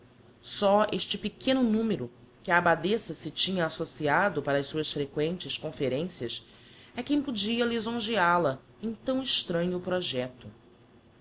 só este pequeno numero que a abbadessa se tinha associado para as suas frequentes conferencias é quem podia lisonjeal a em tão estranho projecto